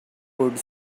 could